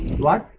one